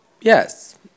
Yes